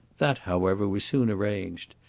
that, however, was soon arranged.